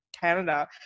Canada